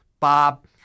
Bob